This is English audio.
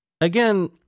Again